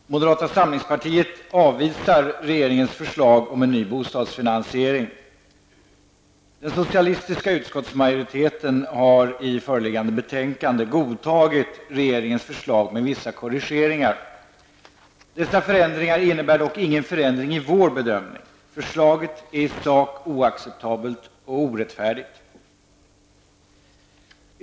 Herr talman! Moderata samlingspartiet avvisar regeringens förslag om ny en bostadsfinansiering. Den socialistiska utskottsmajoriteten har i föreliggande betänkande godtagit regeringens förslag med vissa korrigeringar. Dessa förändringar innebär dock ingen förändring av vår bedömning. Förslaget är i sak oacceptabelt och orättfärdigt.